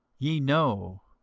ye know,